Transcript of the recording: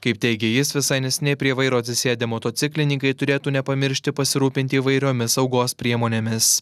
kaip teigė jis visai neseniai prie vairo atsisėdę motociklininkai turėtų nepamiršti pasirūpinti įvairiomis saugos priemonėmis